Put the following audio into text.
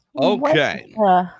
Okay